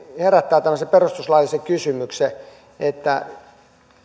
herättää perustuslaillisen kysymyksen että